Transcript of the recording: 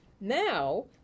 Now